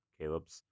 Caleb's